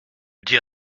dit